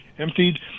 Emptied